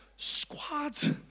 squads